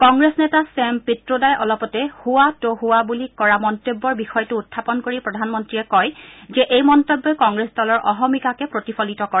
কংগ্ৰেছ নেতা ছেম পিট্টোডাই অলপতে হুৱা তো হুৱা বুলি কৰা মন্তব্যৰ বিষয়টো উখাপন কৰি প্ৰধানমন্ত্ৰীয়ে কয় যে এই মন্তব্যই কংগ্ৰেছ দলৰ অহমিকাকে প্ৰতিফলিত কৰে